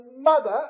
mother